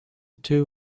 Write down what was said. two